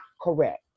correct